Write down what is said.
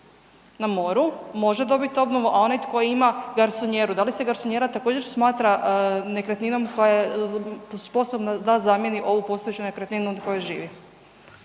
na moru može dobiti obnovu, a onaj tko ima garsonjeru, da li se garsonjera također smatra nekretninom koja je sposobna da zamjeni ovu postojeću nekretninu od koje živi?